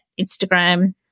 Instagram